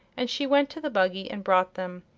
and she went to the buggy and brought them.